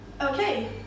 Okay